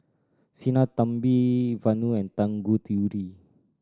Sinnathamby Vanu and Tanguturi